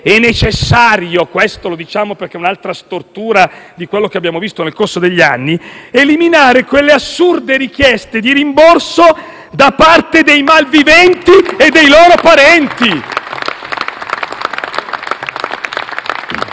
e necessario - questo lo diciamo perché è un'altra stortura di quanto visto nel corso degli anni - eliminare quelle assurde richieste di rimborso da parte dei malviventi e dei loro parenti.